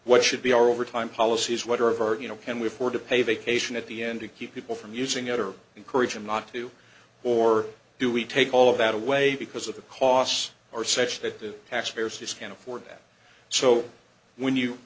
what should be our overtime policies what are of our you know can we afford to pay vacation at the end to keep people from using it or encourage them not to or do we take all of that away because of the costs are such that the taxpayers just can't afford that so when you